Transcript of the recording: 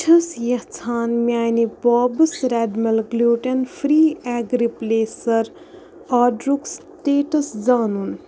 بہٕ چھُس یژھان میٛانہِ بابٕس ریڈمِل گلوٗ ٹِن فرٛی اٮ۪گ ریپلیسر آرڈرُک سِٹیٚٹس زانُن